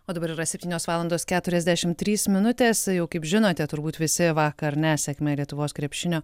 o dabar yra septynios valandos keturiasdešim trys minutės jau kaip žinote turbūt visi vakar nesėkme lietuvos krepšinio